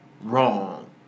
wrong